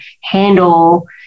handle